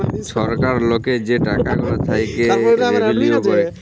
ছরকার লকের যে টাকা গুলা থ্যাইকে রেভিলিউ কাটে